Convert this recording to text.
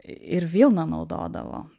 ir vilną naudodavo